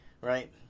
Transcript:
right